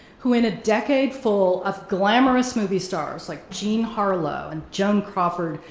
who in a decade full of glamorous movie stars like jean harlow and joan crawford,